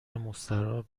مستراح